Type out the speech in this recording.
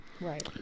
Right